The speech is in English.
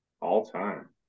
All-time